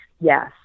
Yes